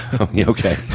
Okay